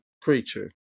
creature